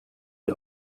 die